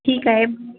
ठीक आहे